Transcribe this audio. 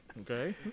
Okay